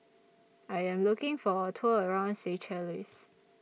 I Am looking For A Tour around Seychelles